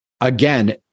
again